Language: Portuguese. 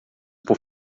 por